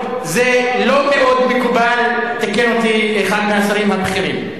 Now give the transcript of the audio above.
זה לא מאוד מקובל, תיקן אותי אחד מהשרים הבכירים.